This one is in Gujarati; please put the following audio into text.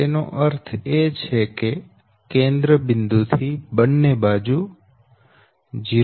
તેનો અર્થ એ કે કેન્દ્ર બિંદુથી બંને બાજુ અંતર 0